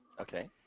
Okay